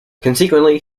consequently